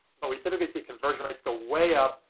but we typically see conversion rates go way up.